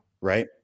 Right